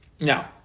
Now